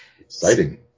Exciting